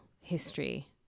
history